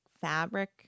fabric